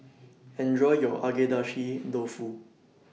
Enjoy your Agedashi Dofu